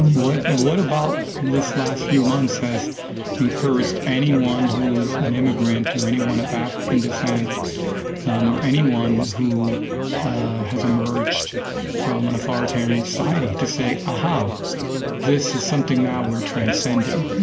what what about this last few months has encouraged anyone who is an immigrant or anyone of african descent um or anyone who has emerged from an authoritarian society to say, aha, this is something, now, we're transcending.